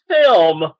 film